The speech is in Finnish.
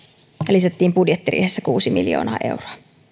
lisättiin budjettiriihessä kuusi miljoonaa euroa